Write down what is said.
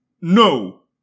no